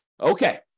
Okay